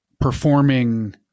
performing